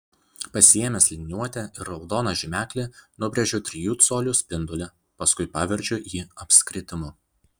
pasiėmęs liniuotę ir raudoną žymeklį nubrėžiu trijų colių spindulį paskui paverčiu jį apskritimu